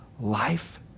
Life